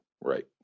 Right